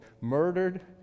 murdered